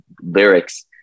lyrics